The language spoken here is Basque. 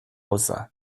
gauza